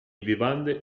vivande